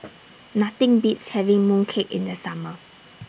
Nothing Beats having Mooncake in The Summer